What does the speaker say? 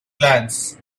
glance